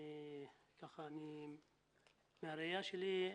מהראיה שלי,